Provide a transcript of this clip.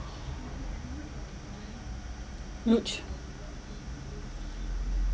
luge